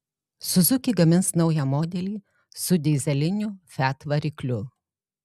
suzuki gamins naują modelį su dyzeliniu fiat varikliu